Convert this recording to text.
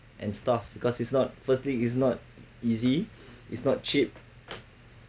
and stuff because it's not firstly is not easy is not cheap